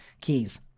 keys